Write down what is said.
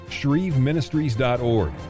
shreveministries.org